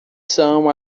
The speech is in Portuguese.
são